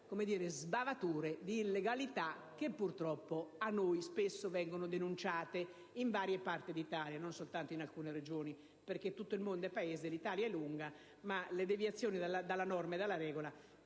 vi siano sbavature di illegalità, che purtroppo a noi spesso vengono denunciate, in varie parti d'Italia, e non soltanto in alcune Regioni. Infatti, tutto il mondo è Paese, l'Italia è lunga e le deviazioni dalla norma vi sono